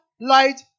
light